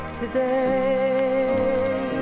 today